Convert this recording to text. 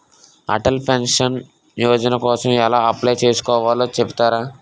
Atal pension Yojana కోసం ఎలా apply చేసుకోవాలో చెపుతారా?